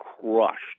crushed